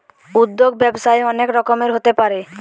উদ্যোগ ব্যবসায়ে অনেক রকমের হতে পারে